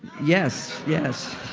yes. yes.